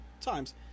times